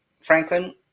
Franklin